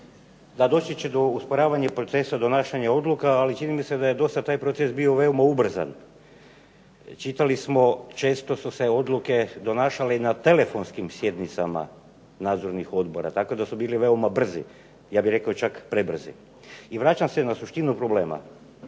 da doći će do usporavanja procesa donašanja odluka, ali čini mi se da je do sad taj proces bio veoma ubrzan. Čitali smo, često su se odluke donašale na telefonskim sjednicama nadzornih odbora tako da su bili veoma brzi, ja bih rekao čak prebrzi. I vraćam se na suštinu problema.